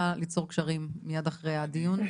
נא ליצור קשרים מיד אחרי הדיון.